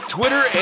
Twitter